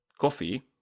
coffee